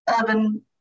urban